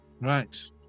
Right